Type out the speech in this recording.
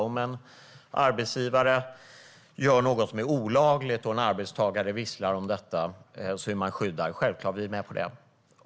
Om en arbetsgivare gör något som är olagligt är en arbetstagare som visslar om detta skyddad. Vi är självklart med på det.